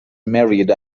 married